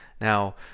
Now